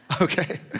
Okay